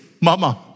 mama